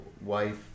wife